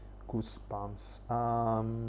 goosebumps um